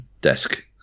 desk